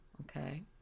okay